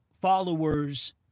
followers